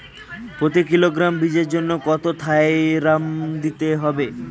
প্রতি কিলোগ্রাম বীজের জন্য কত থাইরাম দিতে হবে?